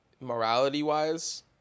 morality-wise